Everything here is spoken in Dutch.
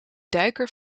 duiker